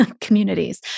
communities